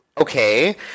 okay